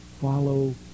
follow